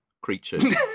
creatures